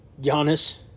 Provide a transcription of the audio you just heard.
Giannis